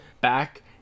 back